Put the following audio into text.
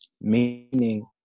meaning